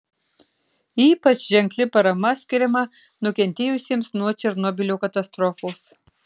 ypač ženkli parama skiriama nukentėjusiems nuo černobylio katastrofos